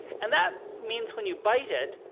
and that means when you bite it,